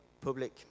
public